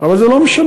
אבל זה לא משנה.